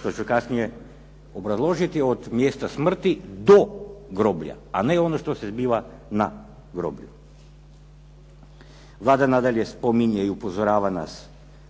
što ću kasnije obrazložiti, od mjesta smrti do groblja, a ne ono što se zbiva na groblju. Vlada nadalje spominje i upozorava nas